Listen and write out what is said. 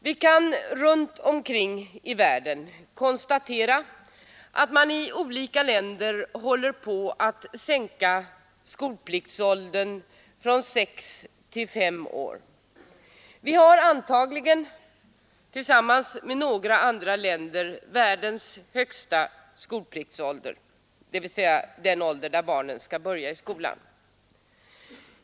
Vi kan runt omkring i världen konstatera att man i olika länder håller på att sänka skolpliktsåldern från sex till fem år. Vi har antagligen tillsammans med några andra länder världens högsta skolpliktsålder, dvs. den ålder när barnen skall börja i skolan.